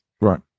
right